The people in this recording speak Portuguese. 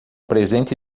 presente